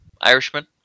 Irishman